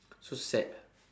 so sad